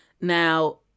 Now